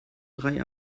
drei